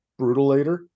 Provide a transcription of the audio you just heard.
Brutalator